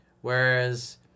Whereas